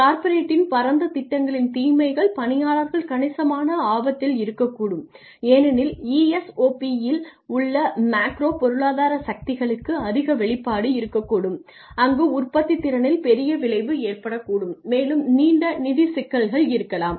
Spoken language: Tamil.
கார்ப்பரேட்டின் பரந்த திட்டங்களின் தீமைகள் பணியாளர்கள் கணிசமான ஆபத்தில் இருக்கக்கூடும் ஏனெனில் ESOP யில் உள்ள மேக்ரோ பொருளாதார சக்திகளுக்கு அதிக வெளிப்பாடு இருக்கக்கூடும் அங்கு உற்பத்தித்திறனில் பெரிய விளைவு ஏற்படக்கூடும் மேலும் நீண்ட நிதி சிக்கல்கள் இருக்கலாம்